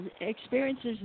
experiences